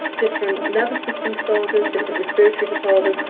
different nervous systems disorders, different respiratory disorders,